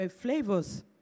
flavors